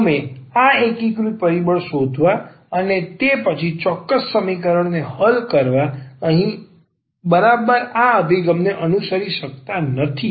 તેથી અમે આ એકીકૃત પરિબળ શોધવા અને તે પછી ચોક્કસ સમીકરણને હલ કરવા અહીં બરાબર આ અભિગમને અનુસરી શકતા નથી